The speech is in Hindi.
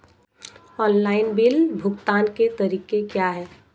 ऑनलाइन बिल भुगतान के तरीके क्या हैं?